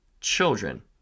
children